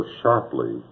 sharply